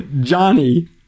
Johnny